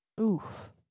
Oof